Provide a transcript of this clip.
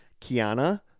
Kiana